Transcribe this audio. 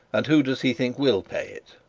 and who does he think will pay it